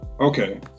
Okay